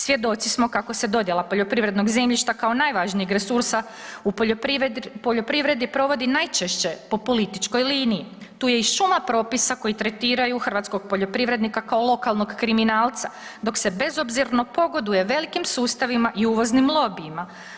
Svjedoci smo kako se dodjela poljoprivrednog zemljišta kao najvažnijeg resursa u poljoprivredi provodi najčešće po političkoj liniji, tu je i šuma propisa koji tretiraju hrvatskog poljoprivrednika kao lokalnog kriminalca dok se bezobzirno pogoduje velikim sustavima i uvoznim lobijima.